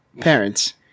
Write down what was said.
parents